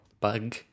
Bug